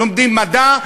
לומדים מדע,